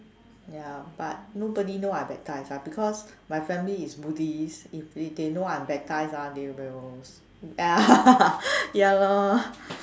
ya but nobody know I baptised ah because my family is buddhist if they they know I baptised ah they will ya lor